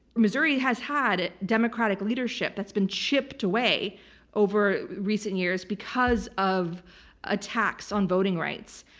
missouri has had democratic leadership that's been chipped away over recent years because of attacks on voting rights,